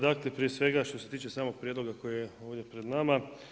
Dakle, prije svega što se tiče samog prijedloga koji je ovdje pred nama.